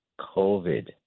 COVID